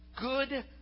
good